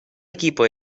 equipo